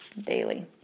daily